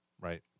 Right